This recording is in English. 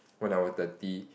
one hour thirty